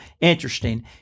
interesting